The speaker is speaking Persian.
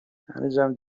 هنوزم